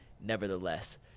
nevertheless